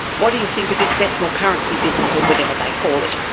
what do you think of this decimal currency business, or whatever they call it?